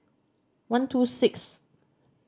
one two six